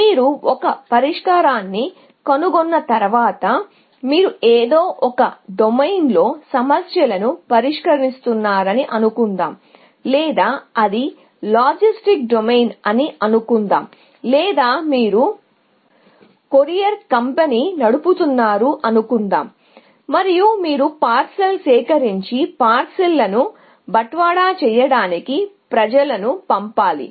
మీరు ఒక పరిష్కారాన్ని కనుగొన్న తర్వాత మీరు ఏదో ఒక డొమైన్లోని సమస్యలను పరిష్కరిస్తున్నారని అనుకుందాం లేదా అది లాజిస్టిక్స్ డొమైన్ అని అనుకుందాం లేదా మీరు ఒక కొరియర్ కంపెనీని నడుపుతున్నారు అనుకుందాం మీరు పార్శిల్ సేకరించి పార్శిల్ లను బట్వాడా చేయడానికి మనుషులను పంపాలి